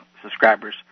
subscribers